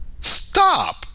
stop